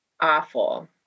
awful